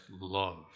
love